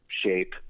shape